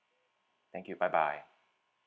thank you bye bye